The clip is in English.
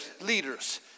leaders